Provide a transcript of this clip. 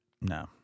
No